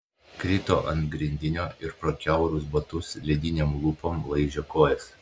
krito ant grindinio ir pro kiaurus batus ledinėm lūpom laižė kojas